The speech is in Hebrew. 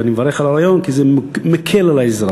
ואני מברך על הרעיון, כי זה מקל על האזרח.